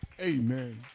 Amen